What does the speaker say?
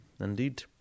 Indeed